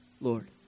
Lord